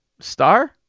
Star